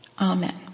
Amen